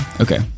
Okay